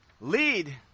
lead